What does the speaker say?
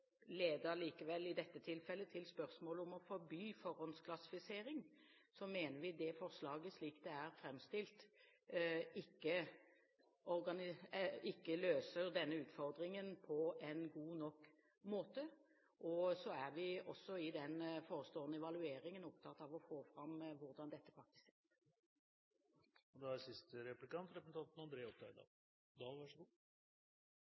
i dette tilfellet – leder til spørsmålet om å forby forhåndsklassifisering, mener vi det forslaget, slik det er framstilt, ikke løser denne utfordringen på en god nok måte. Så er vi også i den forestående evalueringen opptatt av å få fram hvordan dette praktiseres. At det er